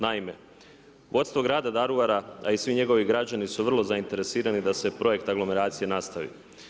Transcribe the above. Naime, vodstvo grada Daruvara a i svi njegovi građani su vrlo zainteresirani da se projekt aglomeracije nastavi.